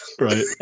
Right